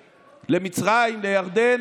למצרים, לירדן.